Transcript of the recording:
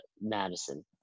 Madison